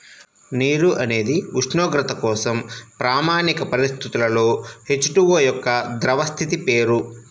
నీరు అనేది ఉష్ణోగ్రత కోసం ప్రామాణిక పరిస్థితులలో హెచ్.టు.ఓ యొక్క ద్రవ స్థితి పేరు